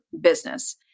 business